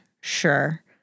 Sure